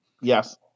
Yes